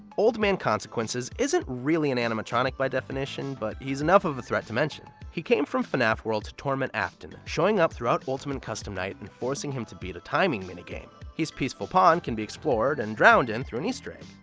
old man consequences isn't really an animatronic by definition, but he's enough of a threat to mention. he came from fnaf world to torment afton, showing up throughout ultimate custom night and forcing him to beat a timing minigame. his peaceful pond can be explored, and drowned in, through an easter egg.